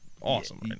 awesome